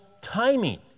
timing